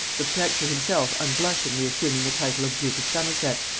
the protector himself unblushingly assuming the title of duke of somerset,